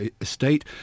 estate